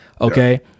okay